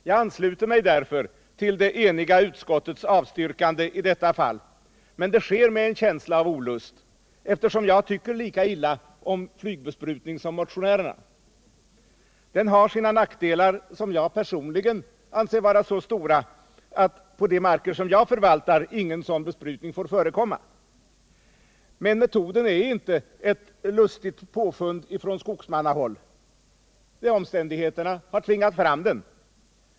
Jag ansluter mig därför till det eniga utskottets avstyrkande i detta fall, men det sker med en känsla av olust, eftersom jag tycker lika illa om flygbesprutning som motionärerna. Den har sina nackdelar, som jag personligen anser vara så stora, att på de marker som jag förvaltar ingen sådan besprutning får förekomma. Men metoden är inte ett lustigt påfund från skogsmannahåll — omständigheterna har tvingat fram den.